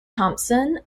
thompson